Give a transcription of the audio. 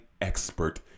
expert